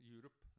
Europe